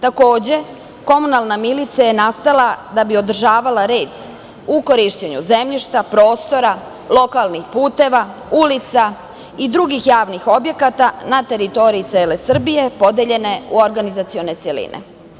Takođe, komunalna milicija je nastala da bi održavala red u korišćenju zemljišta, prostora, lokalnih puteva, ulica i drugih javnih objekata na teritoriji cele Srbije, podeljene u organizacione celine.